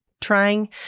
trying